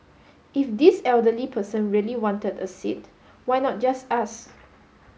if this elderly person really wanted a seat why not just ask